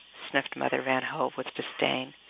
sniffed mother van hove with disdain.